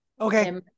Okay